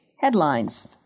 headlines